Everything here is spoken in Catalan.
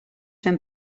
ben